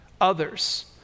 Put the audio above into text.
others